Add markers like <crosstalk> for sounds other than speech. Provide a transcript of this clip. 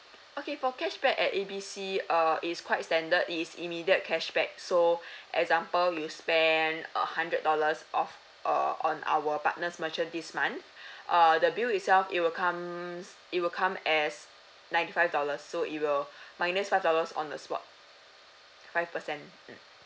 <breath> okay for cashback at A B C uh it is quite standard it is immediate cashback so <breath> example you spend a hundred dollars of err on our partner's merchant this month <breath> err the bill itself it will comes it will come as ninety five dollars so it will <breath> minus five dollars on the spot <breath> five percent mm